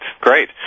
great